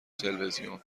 تلویزیون